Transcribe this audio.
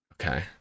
Okay